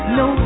no